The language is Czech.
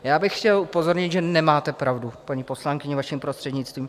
Já bych chtěl upozornit, že nemáte pravdu, paní poslankyně, vaším prostřednictvím.